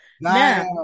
now